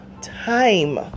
time